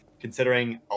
considering